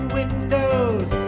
windows